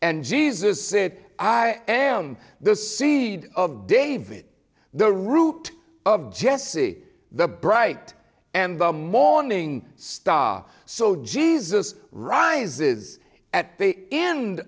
and jesus said i am the seed of david the root of jesse the bright and the morning star so jesus rises at the end